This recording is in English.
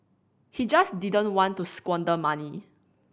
he just didn't want to squander money